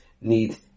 need